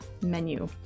menu